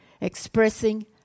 expressing